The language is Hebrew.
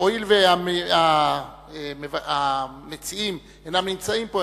הואיל והמציעים אינם נמצאים פה,